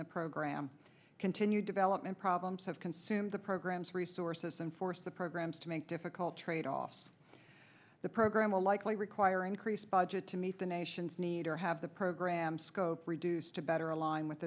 the program continued development problems have consumed the program's resources and force the programs to make difficult tradeoffs the program will likely require increased budget to meet the nation's need or have the program scope reduced to better align with